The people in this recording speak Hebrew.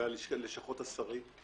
ועל לשכות השרים,